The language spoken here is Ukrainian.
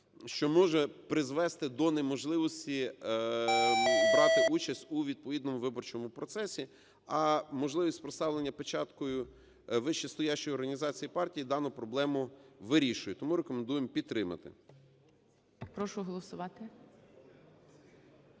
що може призвести до неможливості брати участь у відповідному виборчому процесі. А можливість проставлення печаткою вище стоячої організації партії дану проблему вирішує. Тому рекомендуємо підтримати.